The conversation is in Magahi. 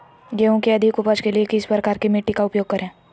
गेंहू की अधिक उपज के लिए किस प्रकार की मिट्टी का उपयोग करे?